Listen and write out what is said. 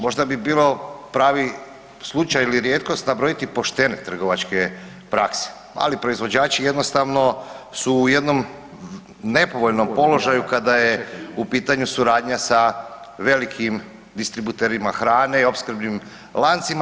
Možda bi bilo pravi slučaj ili rijetkost nabrojiti poštene trgovačke prakse, mali proizvođači jednostavno su u jednom nepovoljnom položaju kada je u pitanju suradnja sa velikim distributerima hrane i opskrbnim lancima.